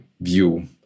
view